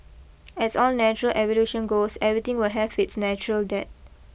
as all natural evolution goes everything will have its natural death